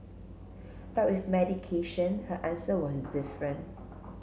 but with medication her answer was different